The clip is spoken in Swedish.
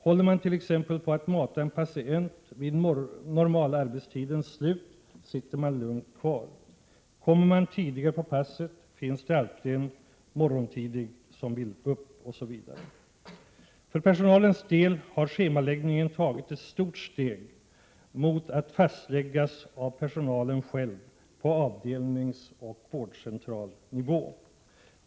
Håller man t.ex. på att mata en patient vid normalarbetstidens slut sitter man lugnt kvar, kommer man tidigare till passet finns det alltid någon morgontidig som vill upp, osv. För personalens del har schemaläggningen tagit ett stort steg mot att fastläggas av personalen själv på avdelningsoch vårdcentralnivå.